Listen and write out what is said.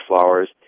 flowers